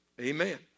Amen